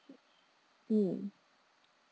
mm